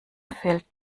fällt